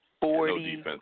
Forty